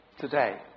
Today